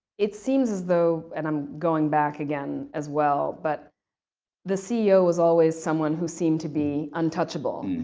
it seems as though, and i'm going back again as well, but the ceo is always someone who seemed to be untouchable,